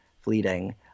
fleeting